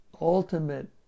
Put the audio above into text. ultimate